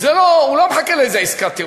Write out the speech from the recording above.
הוא לא מחכה לאיזו עסקת טיעון,